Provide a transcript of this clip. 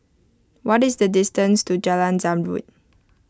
what is the distance to Jalan Zamrud